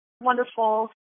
wonderful